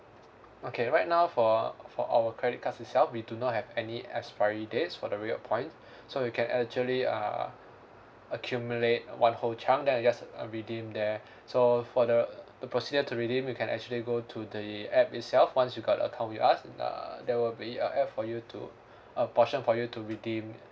okay right now for for our credit cards itself we do not have any expiry dates for the reward points so you can actually uh accumulate one whole chunk then you just redeem there so for the uh the procedure to redeem you can actually go to the app itself once you got account with us uh there will be a app for you to a portion for you to redeem